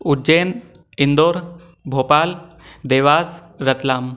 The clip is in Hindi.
उज्जैन इंदौर भोपाल देवास रतलाम